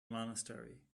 monastery